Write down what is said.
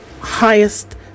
highest